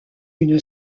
une